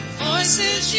voices